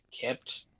kept